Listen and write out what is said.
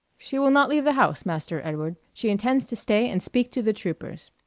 she will not leave the house, master edward she intends to stay and speak to the troopers.